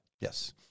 Yes